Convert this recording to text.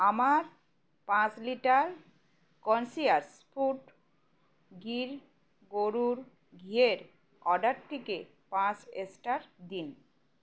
আমার পাঁচ litre conscious food ঘির গরুর ঘিয়ের অর্ডারটিকে পাঁচ স্টার দিন